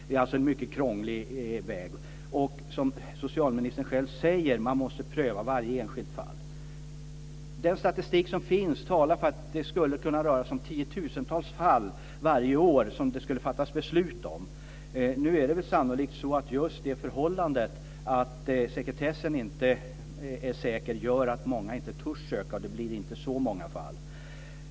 Det är alltså en mycket krånglig väg och, som socialministern själv säger, man måste pröva varje enskilt fall. Den statistik som finns talar för att det skulle kunna röra sig om tiotusentals fall varje år som det skulle fattas beslut om. Nu är det väl sannolikt så att just det förhållandet att sekretessen inte är säker gör att många inte törs ansöka, så det blir inte så många fall.